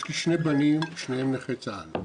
יש לי שני בנים, שניהם נכי צה"ל.